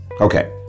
Okay